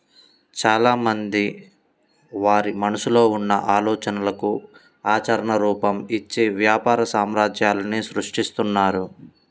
చాలామంది వారి మనసులో ఉన్న ఆలోచనలకు ఆచరణ రూపం, ఇచ్చి వ్యాపార సామ్రాజ్యాలనే సృష్టిస్తున్నారు